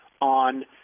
on